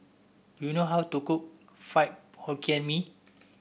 do you know how to cook Fried Hokkien Mee